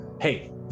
hey